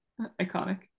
iconic